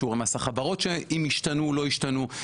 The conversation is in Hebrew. בשיעורי מס החברות אם השתנו או לא השתנו,